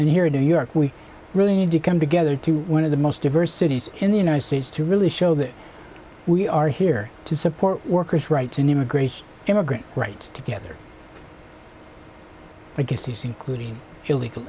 and here in new york we really need to come together to one of the most diverse cities in the united states to really show that we are here to support workers rights in immigration immigrant rights together against these including illegal